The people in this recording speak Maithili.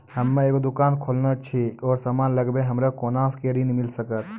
हम्मे एगो दुकान खोलने छी और समान लगैबै हमरा कोना के ऋण मिल सकत?